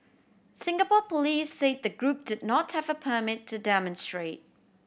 Singapore police say the group did not have a permit to demonstrate